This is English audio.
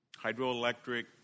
hydroelectric